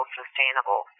sustainable